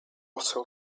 also